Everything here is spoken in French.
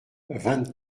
vingt